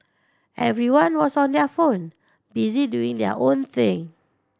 everyone was on their phone busy doing their own thing